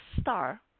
star